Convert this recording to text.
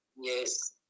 Yes